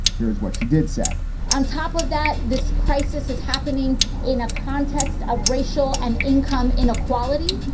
here's what she did say on top of that this crisis is happening in a context of racial and income inequality,